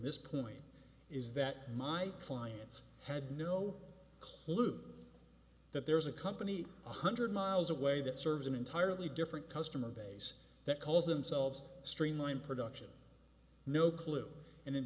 this point is that my clients had no clue that there's a company one hundred miles away that serves an entirely different customer base that calls themselves streamline production no clue and in